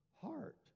heart